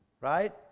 right